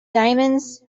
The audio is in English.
diamonds